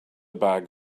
bag